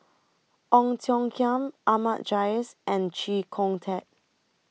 Ong Tiong Khiam Ahmad Jais and Chee Kong Tet